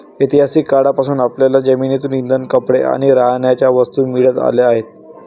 ऐतिहासिक काळापासून आपल्याला जमिनीतून इंधन, कपडे आणि राहण्याच्या वस्तू मिळत आल्या आहेत